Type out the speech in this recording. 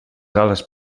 ales